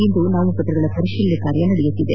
ಇಂದು ನಾಮಪತ್ರಗಳ ಪರಿಶೀಲನೆ ಕಾರ್ಯ ನಡೆಯುತ್ತಿದೆ